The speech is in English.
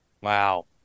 Wow